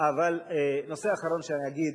אבל הנושא האחרון שאני אגיד,